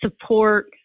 support